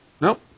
Nope